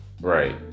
Right